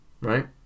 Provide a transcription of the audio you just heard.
Right